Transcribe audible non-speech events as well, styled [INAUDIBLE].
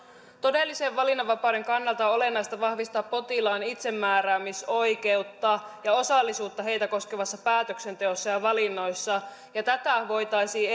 todellisen valinnanvapauden kannalta on olennaista vahvistaa potilaiden itsemääräämisoikeutta ja osallisuutta heitä koskevassa päätöksenteossa ja valinnoissa ja tätä voitaisiin [UNINTELLIGIBLE]